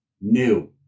new